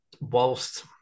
whilst